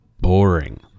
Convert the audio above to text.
boring